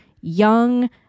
young